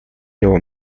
него